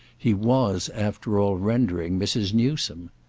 he was after all rendering mrs. newsome.